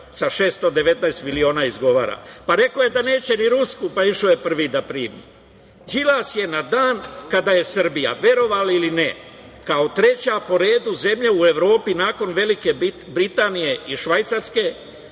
sa 619 miliona izgovara? Rekao je da neće ni rusku, pa išao je prvi da primi. Đilas je na dan kada je Srbija, verovali ili ne, kao treća po redu zemlja u Evropi nakon Velike Britanije i Švajcarske